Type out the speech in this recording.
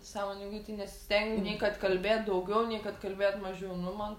sąmoningai tai nesistengiu nei kad kalbėt daugiau nei kad kalbėt mažiau nu man